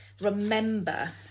remember